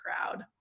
crowd